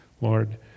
Lord